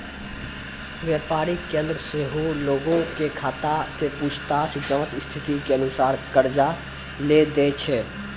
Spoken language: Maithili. व्यापारिक केन्द्र सेहो लोगो के खाता के पूछताछ जांच स्थिति के अनुसार कर्जा लै दै छै